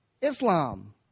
Islam